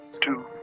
two